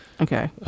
Okay